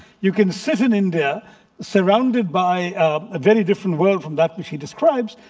you can sit in india surrounded by a very different world from that which he describes.